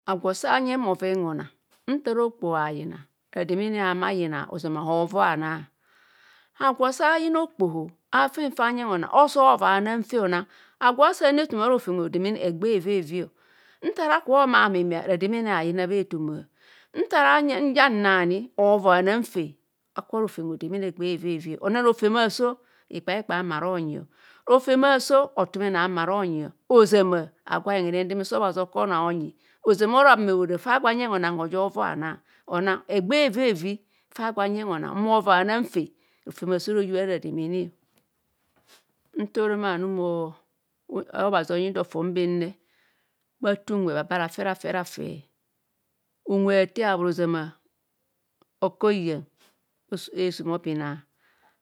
Agwo sanyeng bhoven honang nta araa akpoho nanyina rademene hanayina ozama hovoi anar agwo sa ayina okpoho aaten fa anyena oso ovoi honang anang fe onang agwo as anu ethoma ara- rotem rodemene. Akubha rofem hodemen egbee evevio rotem aaso hothumene ha- ama ronyi o, rofem aso ikpaikpai hama ronyi o. Ozama agwo ayenv hedeme so obhazi onang oonyi o ozama ora ame hora fa agwo anyeng honang oja ovai anaar onang egbe evevi fa agwo anyeng honang ma ovoi anang fe rofem aso royubha ara rademene o, nnta orom anum obhazi onyido fon bene, bathe inwe bhaba rafe rafe ozama oko hiyang eesum opina